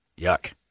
Yuck